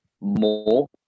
more